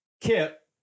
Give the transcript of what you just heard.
Kip